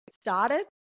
started